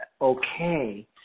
okay